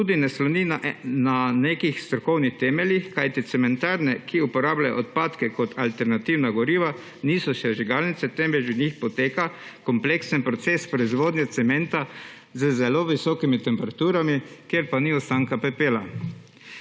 tudi ne sloni na nekih strokovnih temeljih, kajti cementarne, ki uporabljajo odpadke kot alternativna goriva, niso sežigalnice, temveč v njih poteka kompleksen proces proizvodnje cementa z zelo visokimi temperaturami, kjer pa ni ostanka pepela.